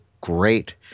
great